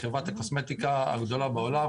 לוריאל היא חברת הקוסמטיקה הגדולה בעולם,